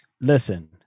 Listen